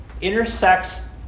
intersects